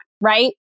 right